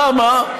למה?